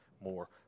more